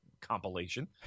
compilation